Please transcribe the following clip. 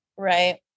Right